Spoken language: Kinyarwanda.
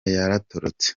yaratorotse